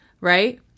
Right